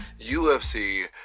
UFC